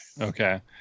Okay